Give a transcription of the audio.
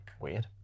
weird